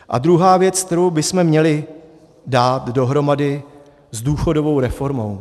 A druhá věc, kterou bychom měli dát dohromady s důchodovou reformou.